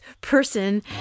person